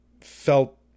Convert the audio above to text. felt